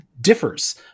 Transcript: differs